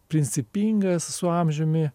principingas su amžiumi